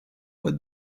what